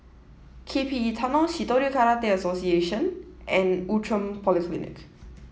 K P E Tunnel Shitoryu Karate Association and Outram Polyclinic